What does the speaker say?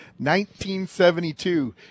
1972